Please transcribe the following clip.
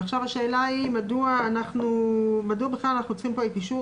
עכשיו השאלה אנחנו צריכים פה את אישור